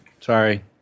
sorry